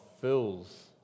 fills